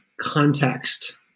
context